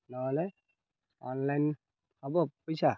ନହେଲେ ଅନଲାଇନ୍ ହବ ପଇସା